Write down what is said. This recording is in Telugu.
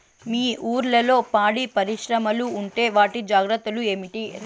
మీ ఊర్లలో పాడి పరిశ్రమలు ఉంటే వాటి జాగ్రత్తలు ఏమిటి